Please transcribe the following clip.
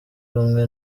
rumwe